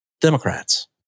Democrats